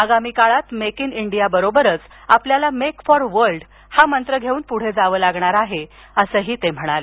आगामी काळात make in India बरोबरच आपल्याला मेक फॉर वर्ल्ड हा मंत्र घेऊन पुढे जावे लागणार आहे असंही ते म्हणाले